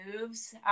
moves